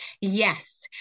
Yes